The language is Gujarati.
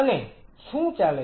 અને શું ચાલે છે